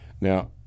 now